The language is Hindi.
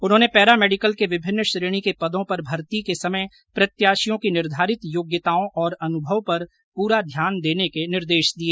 उन्होंने पैरा मेडिकल के विभिन्न श्रेणी के पदों पर भर्ती के समय प्रत्याशियों की निर्धारित योग्यताओं और अनुभव पर पूरा ध्यान देने के निर्देश दिए